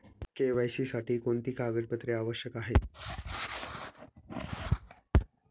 KYC साठी कोणती कागदपत्रे आवश्यक आहेत?